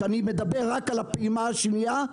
כשאני מדבר רק על הפעימה השנייה,